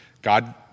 God